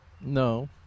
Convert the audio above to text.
No